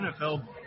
NFL